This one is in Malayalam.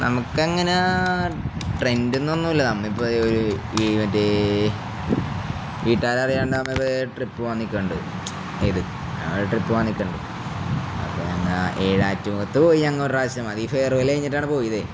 നമുക്കങ്ങനാ ട്രെൻഡന്നൊന്നുല്ല നമ്മ ഇപ്പ ഒ മറ്റേ വീട്ടാര അറിയാണ്ട് നമ്മിത് ട്രിപ്പ് വന്നിക്കണ്ട് ഇഏത് അടെ ട്രിപ്പ് വാന്നിക്കണ്ട് അപ്പ ഞങ്ങ ഏഴാഴ മുഖത്ത് പോയി ഞങ്ങോാവശ്യം മതി ഈ ഫെയർവെല് കഴിഞ്ഞിട്ടാണ് പോയതേ